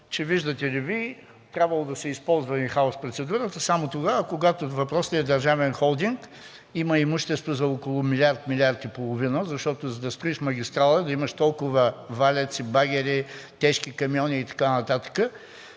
че виждате ли, трябвало да се използва ин хаус процедурата само тогава, когато въпросният държавен холдинг има имущество за около 1 милиард – 1 милиард и половина, защото, за да строиш магистрала, да имаш толкова валяци, багери, тежки камиони и така нататък,